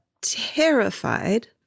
terrified